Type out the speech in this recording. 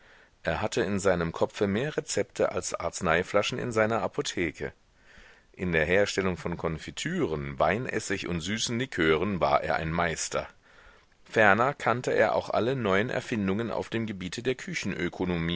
er hatte in seinem kopfe mehr rezepte als arzneiflaschen in seiner apotheke in der herstellung von konfitüren weinessig und süßen likören war er ein meister ferner kannte er auch alle neuen erfindungen auf dem gebiete der